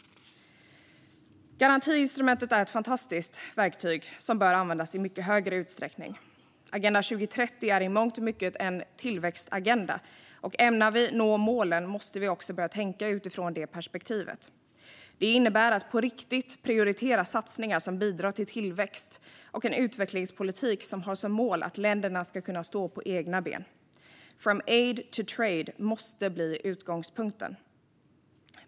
Garantiinstrumentet är ett fantastiskt verktyg som bör användas i mycket högre utsträckning! Agenda 2030 är i mångt och mycket en tillväxtagenda, och ämnar vi nå målen måste vi också börja tänka utifrån det perspektivet. Det innebär att på riktigt prioritera satsningar som bidrar till tillväxt och en utvecklingspolitik som har som mål att länderna ska kunna stå på egna ben. From aid to trade måste bli utgångspunkten.